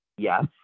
Yes